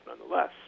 nonetheless